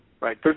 Right